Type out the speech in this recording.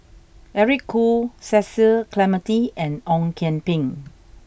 Eric Khoo Cecil Clementi and Ong Kian Peng